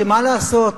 שמה לעשות?